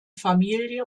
familie